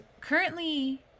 currently